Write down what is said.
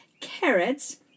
carrots